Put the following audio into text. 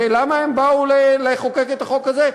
הרי למה הם באו לחוקק את החוק הזה?